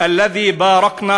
"אלד'י בארכנא